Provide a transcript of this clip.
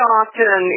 often